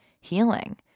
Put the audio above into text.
healing